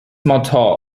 motto